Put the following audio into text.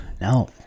No